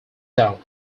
doubt